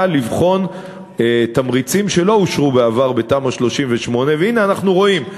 לבחון תמריצים שלא אושרו בעבר בתמ"א 38. והנה אנחנו רואים,